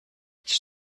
its